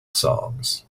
songs